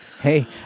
Hey